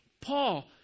Paul